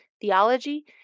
theology